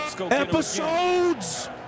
episodes